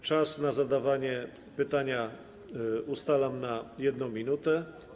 Czas na zadawanie pytania ustalam na 1 minutę.